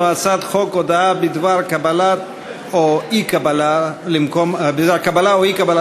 הצעת חוק הודעה בדבר קבלה או אי-קבלה למקום עבודה,